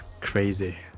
Crazy